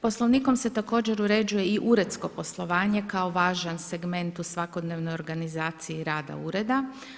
Poslovnikom se također uređuje i uredsko poslovanje kao važan segment u svakodnevnoj organizaciji rada ureda.